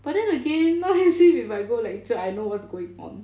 but then again not as if if I go lecture I know what's going on